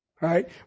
Right